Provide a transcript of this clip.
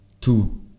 two